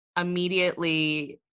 immediately